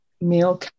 male